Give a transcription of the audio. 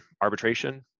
arbitration